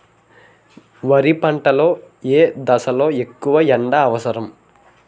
వరి పంట లో ఏ దశ లొ ఎక్కువ ఎండా అవసరం?